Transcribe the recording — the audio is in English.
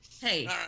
hey